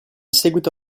seguito